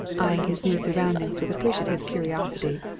eyeing his new surroundings with appreciative curiosity,